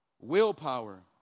Willpower